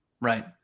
Right